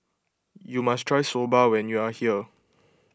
you must try Soba when you are here